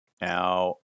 Now